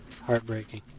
Heartbreaking